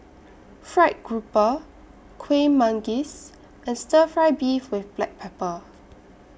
Fried Grouper Kueh Manggis and Stir Fry Beef with Black Pepper